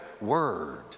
word